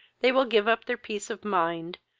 they will give up their peace of mind,